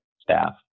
staff